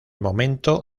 momento